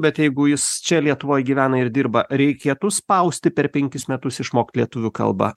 bet jeigu jis čia lietuvoj gyvena ir dirba reikėtų spausti per penkis metus išmokt lietuvių kalbą